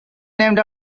named